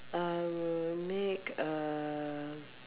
I will make a